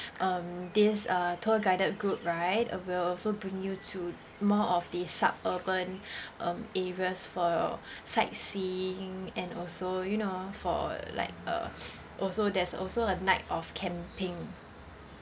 um this uh tour guided group right uh we'll also bring you to more of the suburban um areas for your sightseeing and also you know for like uh also there's also a night of camping